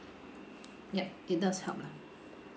yup it does help lah